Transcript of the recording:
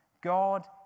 God